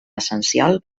essencial